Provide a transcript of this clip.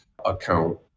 account